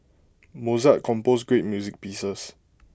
Mozart composed great music pieces